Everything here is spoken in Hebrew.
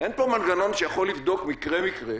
אין פה מנגנון שיכול לבדוק מקרה מקרה,